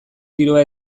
tiroa